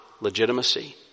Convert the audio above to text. legitimacy